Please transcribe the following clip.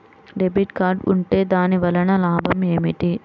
Debit card ఉంటే దాని వలన లాభం ఏమిటీ?